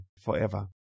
forever